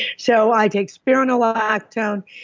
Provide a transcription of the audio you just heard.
so i take spironolactone,